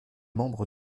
membre